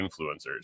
Influencers